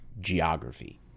geography